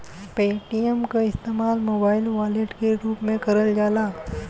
Paytm क इस्तेमाल mobile wallet के रूप में करल जाला